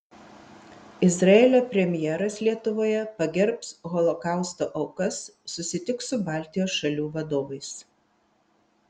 izraelio premjeras lietuvoje pagerbs holokausto aukas susitiks su baltijos šalių vadovais